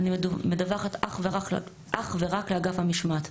אני מדווחת אך ורק לאגף המשמעת.